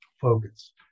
focus